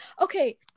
Okay